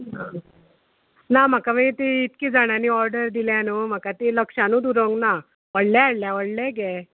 ना म्हाका मागीर ती इतकी जाणांनी ऑर्डर दिल्या न्हू म्हाका ती लक्षानूत उरोंक ना व्हडले हाडल्या व्हडले गे